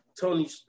Tony